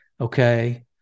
okay